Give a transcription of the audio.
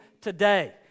today